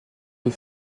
peu